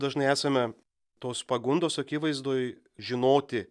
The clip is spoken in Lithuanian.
dažnai esame tos pagundos akivaizdoj žinoti